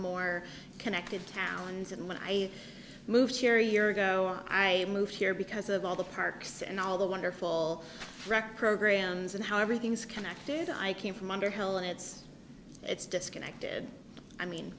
more connected towns and when i moved here a year ago i moved here because of all the parks and all the wonderful rec programs and how everything is connected i came from underhill and it's it's disconnected i mean